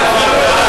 החטיבה?